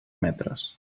metres